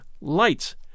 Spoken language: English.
lights